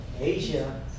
Asia